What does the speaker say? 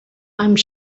amb